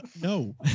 No